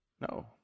No